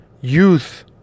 youth